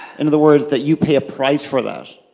in other words, that you pay a price for that.